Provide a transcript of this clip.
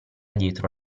dietro